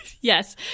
Yes